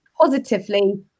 positively